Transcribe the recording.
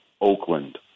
Oakland